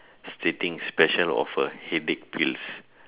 stating special offer headache pills